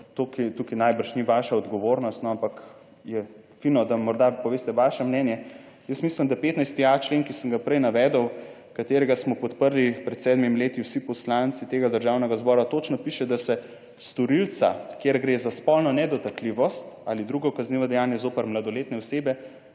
tukaj najbrž ni vaša odgovornost, no, ampak je fino, da morda poveste vaše mnenje. Jaz mislim, da 15. a člen, ki sem ga prej navedel, katerega smo podprli pred 7. leti vsi poslanci tega Državnega zbora, točno piše, da se storilca kjer **75. TRAK: (TB) – 15.10** (nadaljevanje) gre za spolno nedotakljivost ali drugo kaznivo dejanje zoper mladoletne osebe,